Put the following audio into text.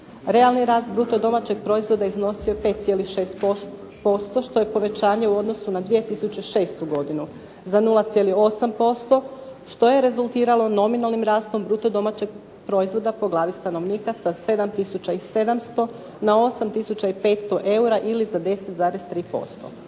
Realni rast bruto domaćeg proizvoda iznosio je 5,6% što je povećanje u odnosu na 2006. godinu za 0,8% što je rezultiralo nominalnim rastom bruto domaćeg proizvoda po glavi stanovnika sa 7 tisuća i 700 na 8 tisuća